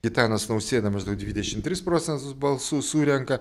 gitanas nausėda maždaug dvidešim tris procentus balsų surenka